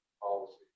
policy